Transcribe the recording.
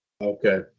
Okay